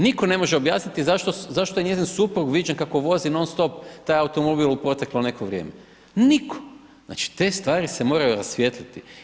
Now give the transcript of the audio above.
Nitko ne može objasniti zašto je njezin suprug viđen kako vozi non stop taj automobil u proteklo neko vrijeme, nitko, znači, te stvari se moraju rasvijetliti.